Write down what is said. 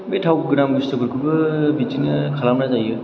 बे थाव गोनां बुस्थुफोरखौबो बिदिनो खालामनाय जायो